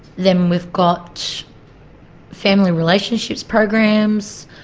then we've got family relationships programs,